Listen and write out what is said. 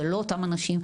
זה לא אותם אנשים.